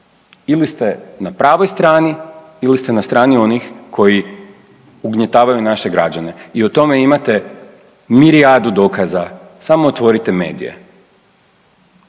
ili ste na pravoj strani ili se na strani onih koji ugnjetavaju naše građane i o tome imate mirijadu dokaza, samo otvorite medije.